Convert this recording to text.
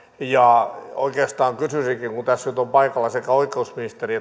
oikeastaan kysyisinkin kun tässä nyt ovat paikalla sekä oikeusministeri